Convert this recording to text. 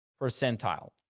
percentile